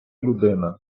людина